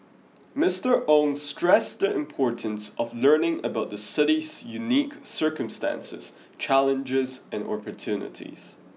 Mister Ong stressed the importance of learning about the city's unique circumstances challenges and opportunities